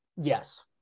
Yes